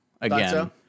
again